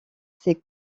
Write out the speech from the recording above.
ses